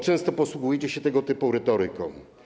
Często posługujecie się tego typu retoryką.